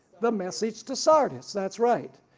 the message to sardis that's right.